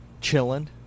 Chilling